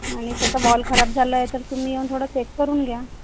आणि त्याचा वॉल खराब झालंय तर तुम्ही येऊन थोडं चेक करून घ्या